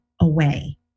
away